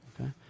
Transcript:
okay